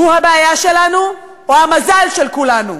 הוא הבעיה שלנו, או המזל של כולנו?